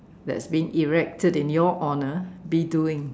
that's being erected in your honour be doing